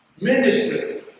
ministry